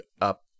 up